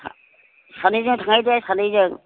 सानैजों थांनोसै सानैजों